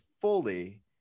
fully